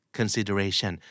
consideration